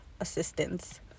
assistance